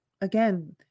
again